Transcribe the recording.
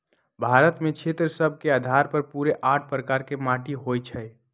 भारत में क्षेत्र सभ के अधार पर पूरे आठ प्रकार के माटि होइ छइ